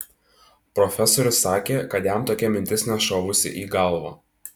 profesorius sakė kad jam tokia mintis nešovusi į galvą